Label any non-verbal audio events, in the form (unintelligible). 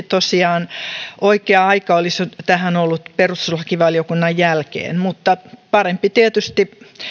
(unintelligible) tosiaan oikea aika tähän olisi ollut perustuslakivaliokunnan jälkeen mutta parempi tietysti